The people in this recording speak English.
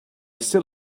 still